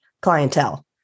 clientele